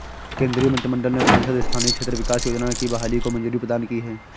केन्द्रीय मंत्रिमंडल ने सांसद स्थानीय क्षेत्र विकास योजना की बहाली को मंज़ूरी प्रदान की है